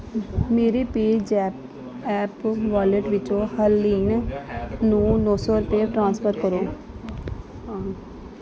ਮੇਰੇ ਪੇਜ਼ੈਪ app wallet ਵਿੱਚੋਂ ਹਰਲੀਨ ਨੂੰ ਨੌਂ ਸੌ ਰੁਪਏ ਟ੍ਰਾਂਸਫਰ ਕਰੋ